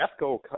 Esco